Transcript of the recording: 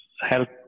help